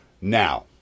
Now